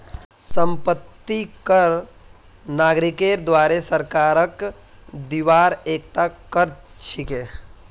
संपत्ति कर नागरिकेर द्वारे सरकारक दिबार एकता कर छिके